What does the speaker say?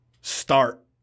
start